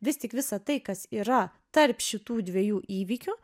vis tik visa tai kas yra tarp šitų dviejų įvykių